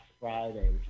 Friday